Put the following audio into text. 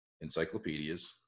encyclopedias